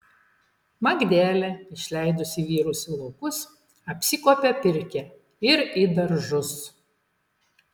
magdelė išleidusi vyrus į laukus apsikuopia pirkią ir į daržus